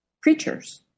creatures